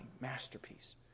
masterpiece